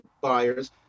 buyers